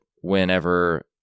whenever